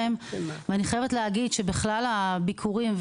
ואני חייבת להגיד שבכלל הביקורים,